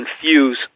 confuse